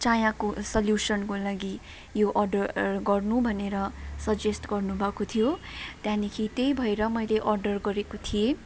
चायाँको सल्युसनको लागि यो अर्डर गर्नु भनेर सजेस्ट गर्नु भएको थियो त्यहाँदेखि त्यही भएर मैले अर्डर गरेको थिएँ